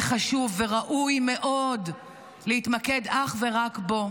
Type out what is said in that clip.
וחשוב וראוי מאוד להתמקד אך ורק בו,